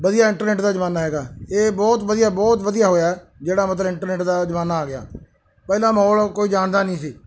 ਵਧੀਆ ਇੰਟਰਨੈਟ ਦਾ ਜ਼ਮਾਨਾ ਹੈਗਾ ਇਹ ਬਹੁਤ ਵਧੀਆ ਬਹੁਤ ਵਧੀਆ ਹੋਇਆ ਜਿਹੜਾ ਮਤਲਬ ਇੰਟਰਨੈਟ ਦਾ ਜ਼ਮਾਨਾ ਆ ਗਿਆ ਪਹਿਲਾਂ ਮਾਹੌਲ ਕੋਈ ਜਾਣਦਾ ਨਹੀਂ ਸੀ